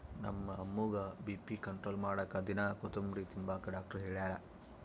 ನಮ್ಮ ಅಮ್ಮುಗ್ಗ BP control ಮಾಡಾಕ ದಿನಾ ಕೋತುಂಬ್ರೆ ತಿಂಬಾಕ ಡಾಕ್ಟರ್ ಹೆಳ್ಯಾರ